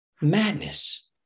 madness